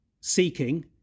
seeking